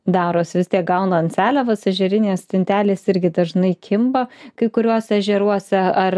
darosi vis tiek gaudant seliavas ežerinės stintelės irgi dažnai kimba kai kuriuos ežeruose ar